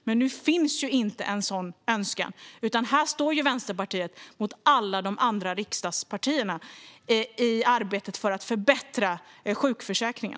Men nu finns inte en sådan önskan, utan här står Vänsterpartiet mot alla de andra riksdagspartierna i arbetet för att förbättra sjukförsäkringen.